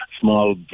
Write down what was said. small